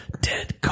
dead